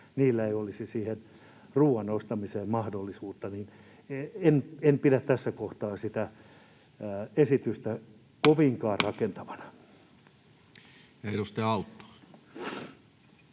rahaa, ei olisi siihen ruoan ostamiseen mahdollisuutta. En pidä tässä kohtaa sitä esitystä kovinkaan rakentavana. [Speech